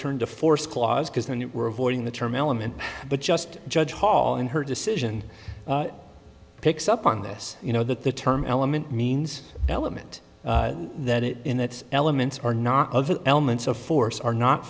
turned to force clause because then you were avoiding the term element but just judge paul in her decision picks up on this you know that the term element means element that it in its elements are not elements of force are not